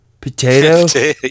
Potato